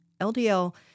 LDL